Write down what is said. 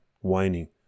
whining